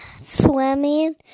swimming